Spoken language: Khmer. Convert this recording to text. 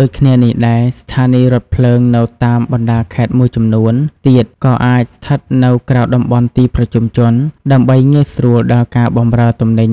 ដូចគ្នានេះដែរ ស្ថានីយ៍រថភ្លើងនៅតាមបណ្តាខេត្តមួយចំនួនទៀត ក៏អាចស្ថិតនៅក្រៅតំបន់ទីប្រជុំជន ដើម្បីងាយស្រួលដល់ការបម្រើទំនិញ